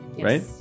right